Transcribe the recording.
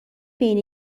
بین